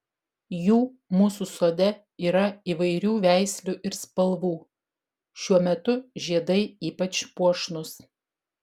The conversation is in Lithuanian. jų mūsų sode yra įvairių veislių ir spalvų šiuo metu žiedai ypač puošnūs